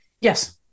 Yes